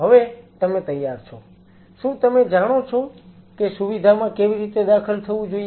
હવે તમે તૈયાર છો શું તમે જાણો છો કે સુવિધામાં કેવી રીતે દાખલ થવું જોઈએ